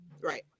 Right